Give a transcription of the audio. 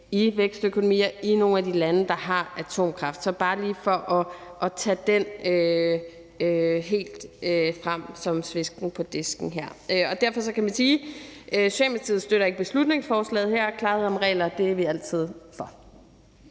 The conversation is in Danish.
i vækstøkonomier i nogle af de lande, der har atomkraft. Så det er bare lige for at tage det frem som svesken på disken her. Derfor kan man sige, at Socialdemokratiet ikke støtter beslutningsforslaget her, men klarhed om regler er vi altid for.